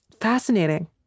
Fascinating